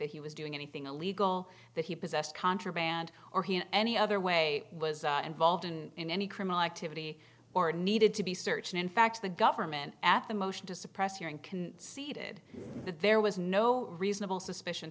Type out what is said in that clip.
that he was doing anything illegal that he possessed contraband or he in any other way was involved in in any criminal activity or needed to be searched and in fact the government at the motion to suppress hearing can see did that there was no reasonable suspicion